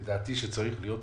שלדעתי צריכים להיות